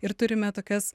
ir turime tokias